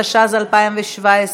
התשע"ז 2017,